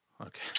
Okay